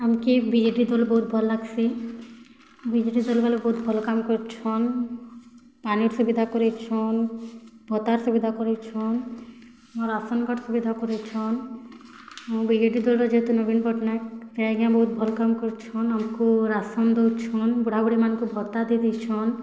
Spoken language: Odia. ଆମ୍କେ ବିଜେଡ଼ି ଦଲ୍ ବହୁତ୍ ଭଲ୍ ଲାଗ୍ସି ବିଜେଡ଼ି ଦଲ୍ ବୋଲେ ବହୁତ୍ ଭଲ କାମ୍ କରୁଛନ୍ ପାନି ସୁବିଧା କରାଇଛନ୍ ଭତ୍ତାର୍ ସୁବିଧା କରାଇଛନ୍ ରାସନ୍ କାର୍ଡ଼୍ ସୁବିଧା କରାଇଛନ୍ ବିଜେଡ଼ି ଦଲ୍ର ଯେହେତୁ ନବୀନ୍ ପଟ୍ଟନାୟକ୍ ସେ ଆଜ୍ଞା ବହୁତ୍ ଭଲ୍ କାମ୍ କରିଛନ୍ ଆମକୁ ରାସନ୍ ଦଉଛନ୍ ବୁଢ଼ାବୁଢ଼ୀମାନଙ୍କୁ ଭତ୍ତା ଦେଇ ଦେଇଛନ୍